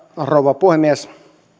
rouva puhemies